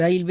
railway